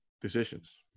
decisions